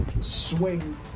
swing